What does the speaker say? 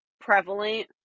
prevalent